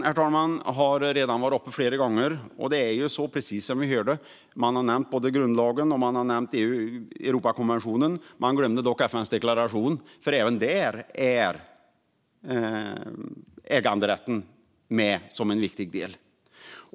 Äganderätten har redan tagits upp flera gånger. Man har nämnt både grundlagen och Europakonventionen, men man glömde FN:s deklaration, för även där är äganderätten med som en viktig del.